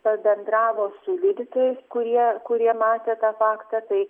pabendravo su liudytojais kurie kurie matė tą faktą tai